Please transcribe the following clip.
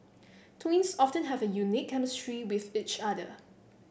twins often have a unique chemistry with each other